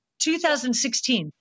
2016